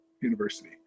University